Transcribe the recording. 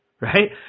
Right